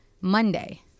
Monday